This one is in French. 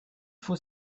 faut